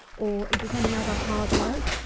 or is at any other hard work,